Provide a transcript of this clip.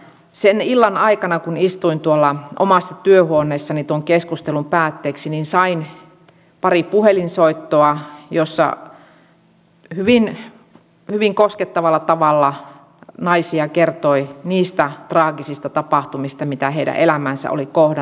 sen illan aikana kun istuin omassa työhuoneessani tuon keskustelun päätteeksi sain pari puhelinsoittoa joissa hyvin koskettavalla tavalla naisia kertoi niistä traagisista tapahtumista mitä heidän elämäänsä oli kohdannut